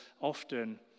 often